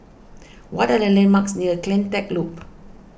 what are the landmarks near CleanTech Loop